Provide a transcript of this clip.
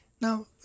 Now